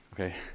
Okay